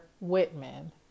Whitman